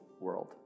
world